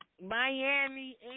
Miami